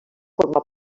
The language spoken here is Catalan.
formar